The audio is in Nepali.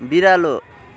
बिरालो